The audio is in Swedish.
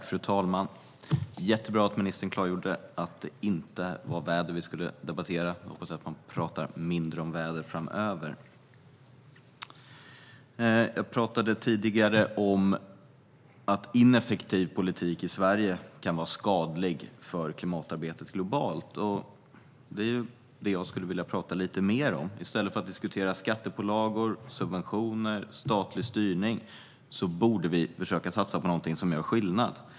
Fru talman! Det är jättebra att ministern klargjorde att det inte var väder vi skulle debattera. Jag hoppas att man pratar mindre om väder framöver. Jag pratade tidigare om att ineffektiv politik i Sverige kan vara skadlig för klimatarbetet globalt. Det skulle jag vilja prata lite mer om. I stället för att diskutera skattepålagor, subventioner och statlig styrning borde vi försöka satsa på någonting som gör skillnad.